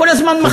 כל הזמן מחוות,